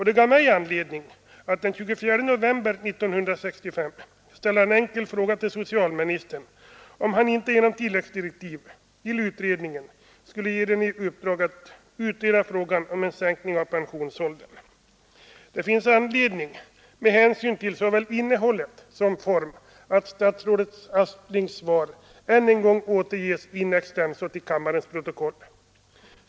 Det gav mig anledning att den 24 november 1965 ställa en enkel fråga till socialministern, om han inte genom tilläggsdirektiv till utredningen skulle ge den i uppdrag att låta utreda frågan om sänkning av pensionsåldern. Det finns anledning med hänsyn till såväl innehåll som form att än en gång återge statsrådet Asplings svar in extenso till kammarens protokoll.